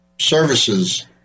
services